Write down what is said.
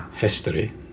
history